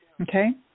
Okay